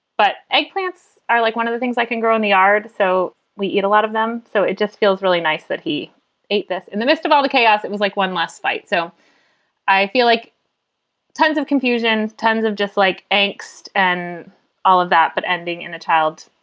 but eggplants are like one of the things i can grow in the yard. so we eat a lot of them. so it just feels really nice that he ate this in the midst of all the chaos. it was like one last fight. so i feel like tons of confusion, tons of just like angst and all of that. but ending in a child,